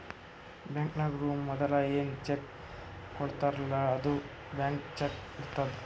ಬ್ಯಾಂಕ್ನವ್ರು ಮದುಲ ಏನ್ ಚೆಕ್ ಕೊಡ್ತಾರ್ಲ್ಲಾ ಅದು ಬ್ಲ್ಯಾಂಕ್ ಚಕ್ಕೇ ಇರ್ತುದ್